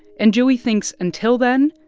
and joey thinks, until then,